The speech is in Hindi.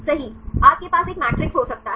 सही आप के पास एक मैट्रिक्स हो सकता है